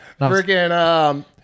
freaking